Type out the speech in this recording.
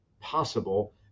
possible